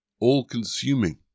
all-consuming